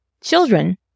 Children